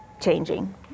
changing